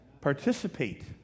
Participate